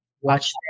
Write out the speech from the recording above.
watch